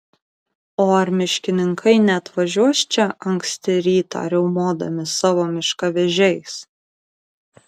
o ar miškininkai neatvažiuos čia anksti rytą riaumodami savo miškavežiais